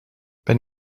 ben